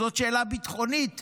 זאת שאלה ביטחונית.